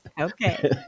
Okay